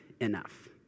enough